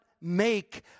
make